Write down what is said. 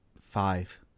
Five